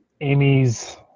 Amy's